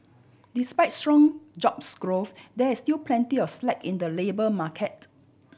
despite strong jobs growth there is still plenty of slack in the labour market